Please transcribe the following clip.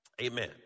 Amen